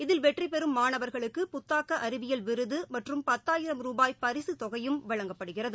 இதில் வெற்றிபெறும் மாணவர்களுக்கு புத்தாக்க அறிவியல் விருது மற்றும் பத்தாயிரம் ரூபாய் பரிசுத்தொகையும் வழங்கப்படுகிறது